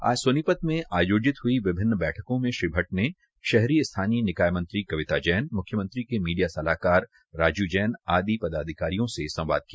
आज सोनीपत मे आयोजित ह्ई विभिन्न बैठकों में श्री भट्ट ने शहरी स्थानीय निकाय मंत्री कविता जैन म्ख्यमंत्री के मीडिया सलाहकार राजीव जैन आदि पदाधिकारियों से संवाद किया